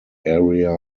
area